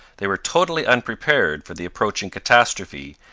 they were totally unprepared for the approaching catastrophe,